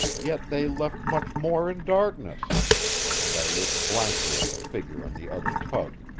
yet they left much more in darkness and i looked blankly at the figure on the other tug.